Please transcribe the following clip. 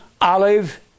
olive